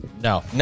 No